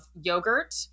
yogurt